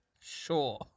Sure